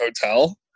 hotel